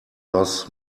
loss